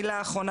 מילה אחרונה,